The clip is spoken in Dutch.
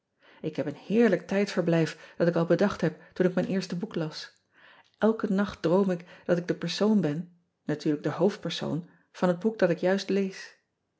k heb een heerlijk tijdverblijf dat ik al bedacht heb toen ik mijn eerste boek las lke nacht droom ik dat ik de persoon ben natuurlijk de hoofdpersoon van het boek dat ik juist lees